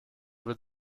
wird